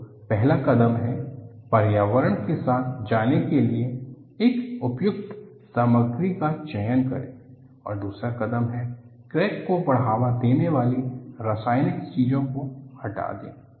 तो पहला कदम है पर्यावरण के साथ जाने के लिए एक उपयुक्त सामग्री का चयन करें और दूसरा कदम है क्रैक को बढ़ावा देने वाली रासायनिक चीजों को हटा दें